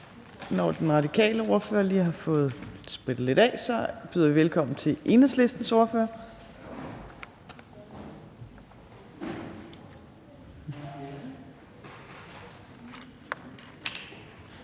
Når den radikale ordfører lige har fået sprittet lidt af, så byder vi velkommen til Enhedslistens ordfører.